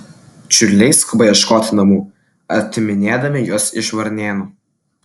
čiurliai skuba ieškoti namų atiminėdami juos iš varnėnų